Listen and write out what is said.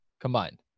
combined